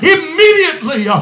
Immediately